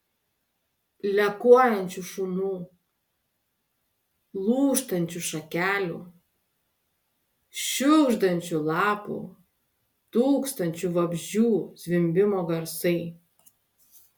lekuojančių šunų lūžtančių šakelių šiugždančių lapų tūkstančių vabzdžių zvimbimo garsai